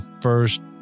first